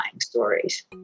stories